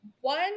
One